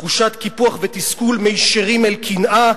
תחושת קיפוח ותסכול מישירים אל קנאה.